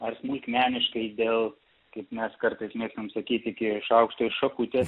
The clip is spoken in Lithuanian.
ar smulkmeniškai dėl kaip mes kartais mėgstam sakyt iki šaukšto ir šakutės